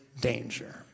danger